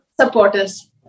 Supporters